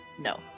No